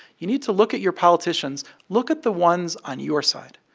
you need to look at your politicians. look at the ones on your side,